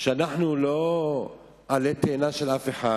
שאנחנו לא עלה תאנה של אף אחד,